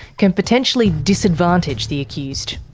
can potentially disadvantage the accused.